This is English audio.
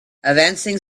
advancing